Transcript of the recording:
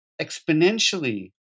exponentially